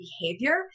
behavior